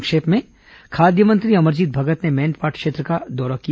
संक्षिप्त समाचार खाद्य मंत्री अमरजीत भगत ने मैनपाट क्षेत्र का दौरा किया